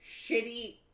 shitty